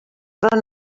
però